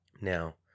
Now